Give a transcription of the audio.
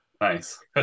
nice